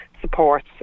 support